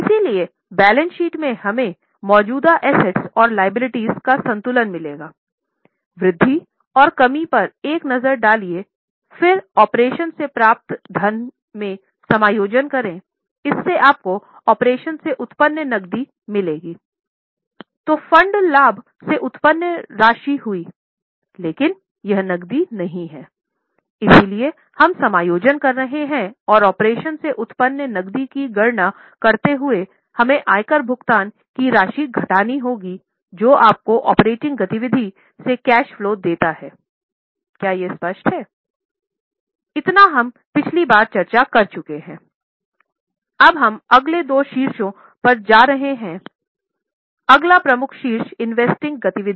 इसलिए balance sheet से हमें मौजूदा एसेट गति विधि है